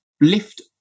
lift